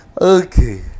Okay